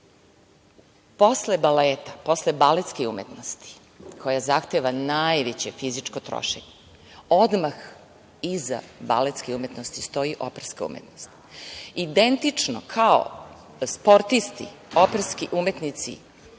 posle baleta, posle baletske umetnosti koja zahteva najveće fizičko trošenje, odmah iza baletske umetnosti stoji operska umetnost. Identično kao sportisti, operski umetnici